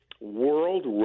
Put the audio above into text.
world